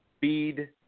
Speed